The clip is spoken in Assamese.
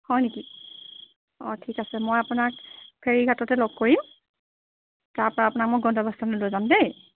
হয় নেকি অঁ ঠিক আছে মই আপোনাক ফেৰী ঘাটতে লগ কৰিম তাৰপৰা আপোনাক মই গন্তব্য স্থানত লৈ যাম দেই